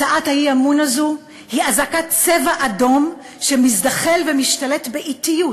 הצעת האי-אמון הזו היא אזעקת צבע אדום שמזדחל ומשתלט באטיות